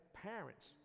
parents